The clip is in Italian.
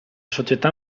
società